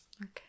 Okay